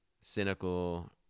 cynical